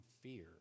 fear